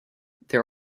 there